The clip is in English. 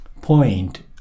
point